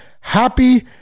happy